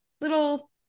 little